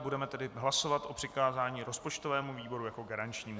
Budeme tedy hlasovat o přikázání rozpočtovému výboru jako garančnímu.